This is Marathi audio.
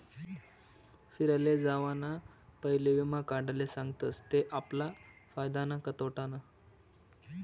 फिराले जावाना पयले वीमा काढाले सांगतस ते आपला फायदानं का तोटानं